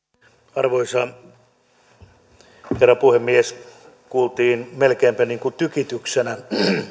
arvoisa herra puhemies kuultiin melkeinpä niin kuin tykityksenä